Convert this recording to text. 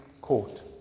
court